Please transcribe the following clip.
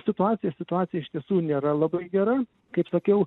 situacija situacija iš tiesų nėra labai gera kaip sakiau